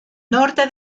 norte